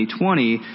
2020